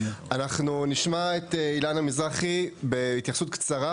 אנחנו נשמע את אילנה מזרחי בהתייחסות קצרה,